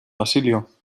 basilio